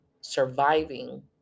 surviving